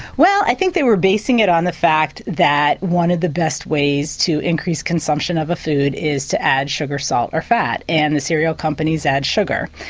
well i think they were basing it on the fact that one of the best ways to increase consumption of a food is to add sugar, salt or fat and the cereal companies add sugar.